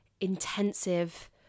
intensive